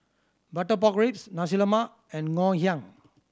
butter pork ribs Nasi Lemak and Ngoh Hiang